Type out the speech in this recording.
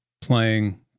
playing